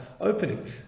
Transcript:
opening